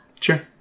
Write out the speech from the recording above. Sure